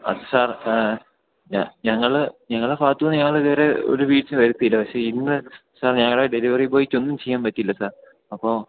അത് സാർ ഞങ്ങള് ഞങ്ങളുടെ ഭാഗത്തുനിന്ന് ഞങ്ങളിതുവരെ ഒരു വീഴ്ചയും വരുത്തിയില്ല പക്ഷേ ഇന്ന് സാർ ഞങ്ങളുടെ ഡെലിവറി ബോയിക്കൊന്നും ചെയ്യാൻ പറ്റിയില്ല സാർ അപ്പോള്